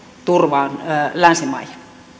turvaan länsimaihin